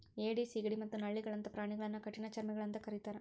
ಏಡಿ, ಸಿಗಡಿ ಮತ್ತ ನಳ್ಳಿಗಳಂತ ಪ್ರಾಣಿಗಳನ್ನ ಕಠಿಣಚರ್ಮಿಗಳು ಅಂತ ಕರೇತಾರ